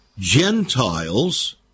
Gentiles